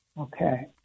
Okay